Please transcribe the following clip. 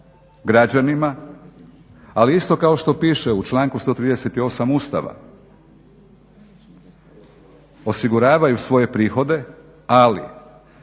građanima ali isto kao što piše u članku 138. Ustava osiguravaju svoje prihode, ali